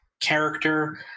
character